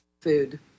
food